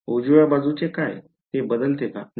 उजव्या बाजूचे काय ते बदलते का